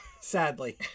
sadly